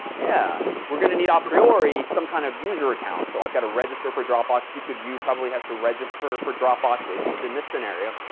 yeah. we're going to need a priori some kind of user account. so i've got to register for dropbox. each of you probably has to register for for dropbox, at least in this scenario.